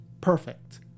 perfect